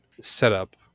setup